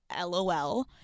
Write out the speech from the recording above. LOL